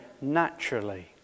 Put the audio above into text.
naturally